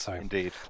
Indeed